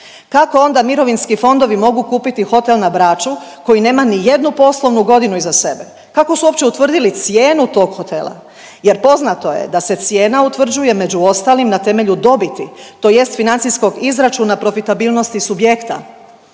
Kako onda mirovinski fondovi mogu kupiti hotel na Braču koji nema nijednu poslovnu godinu iza sebe? Kako su uopće utvrdili cijenu tog hotela? Jer, poznato je da se cijena utvrđuje, među ostalim, na temelju dobiti tj. financijskog izračuna profitabilnosti subjekta.